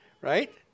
right